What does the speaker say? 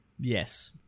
Yes